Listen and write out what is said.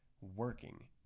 working